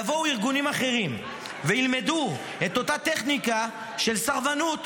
יבואו ארגונים אחרים וילמדו את אותה טכניקה של סרבנות,